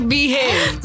Behave